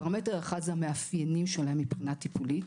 פרמטר אחד זה המאפיינים שלהם מבחינה טיפולית,